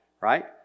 Right